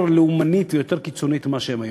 לאומנית ויותר קיצונית ממה שהם היום.